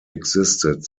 existed